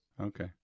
Okay